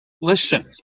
Listen